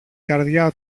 καρδιά